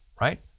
right